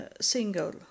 single